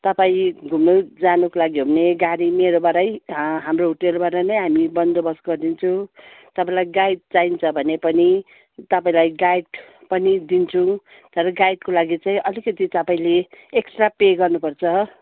तपाईँ घुम्न जानुको लागि घुम्ने गाडी मेरोबाटै हाम्रो होटेलबाट नै हामी बन्दोबस्त गरिदिन्छु तपाईँलाई गाइड चाहिन्छ भने पनि तपाईँलाई गाइड पनि दिन्छौँ तर गाइडको लागि चाहिँ अलिकति तपाईँले एक्सट्रा पे गर्नु पर्छ